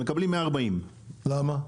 ומקבלים 140. למה?